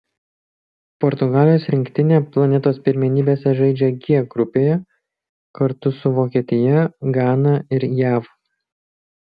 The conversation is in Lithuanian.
portugalijos rinktinė planetos pirmenybėse žaidžia g grupėje kartu su vokietija gana ir jav